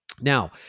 Now